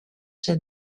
chef